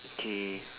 okay